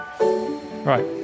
Right